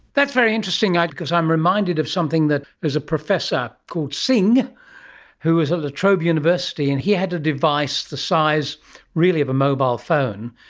that's very interesting ah because i'm reminded of something that, there's a professor called singh who is at latrobe university and he had a device the size really of a mobile phone,